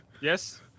Yes